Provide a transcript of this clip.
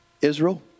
Israel